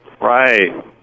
right